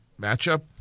matchup